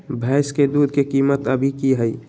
भैंस के दूध के कीमत अभी की हई?